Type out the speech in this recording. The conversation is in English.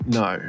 no